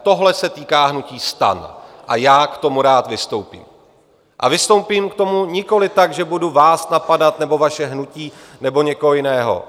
Tohle se týká hnutí STAN a já k tomu rád vystoupím, a vystoupím k tomu nikoli tak, že budu vás napadat nebo vaše hnutí nebo někoho jiného.